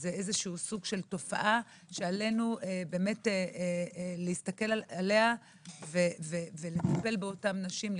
זה תופעה שעלינו להסתכל עליה ולטפל באותן נשים,